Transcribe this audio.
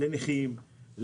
לנכים,